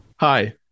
Hi